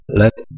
let